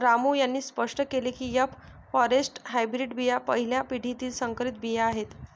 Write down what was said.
रामू यांनी स्पष्ट केले की एफ फॉरेस्ट हायब्रीड बिया पहिल्या पिढीतील संकरित बिया आहेत